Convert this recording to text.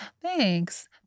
Thanks